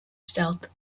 stealth